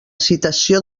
citació